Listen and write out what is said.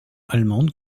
allemande